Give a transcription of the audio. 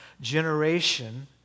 generation